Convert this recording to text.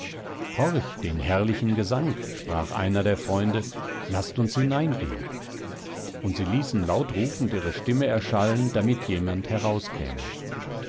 horch den herrlichen gesang sprach einer der freunde laßt uns hineingehen und sie ließen laut rufend ihre stimme erschallen damit jemand